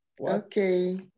Okay